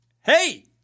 Hey